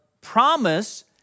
promise